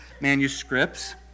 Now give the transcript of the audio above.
manuscripts